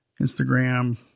Instagram